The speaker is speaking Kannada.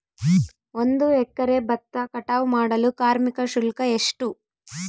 ಒಂದು ಎಕರೆ ಭತ್ತ ಕಟಾವ್ ಮಾಡಲು ಕಾರ್ಮಿಕ ಶುಲ್ಕ ಎಷ್ಟು?